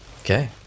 Okay